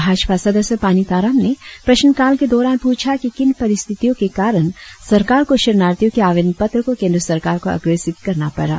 भाजपा सदस्य पानी ताराम ने प्रश्नकाल के दौरान पुछा की किन परिस्थियों के कारण सरकार को शरणार्थियों के अवेदन पत्र को केंद्र सरकार को अंग्रेसित करना पड़ा